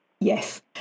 Yes